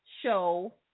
show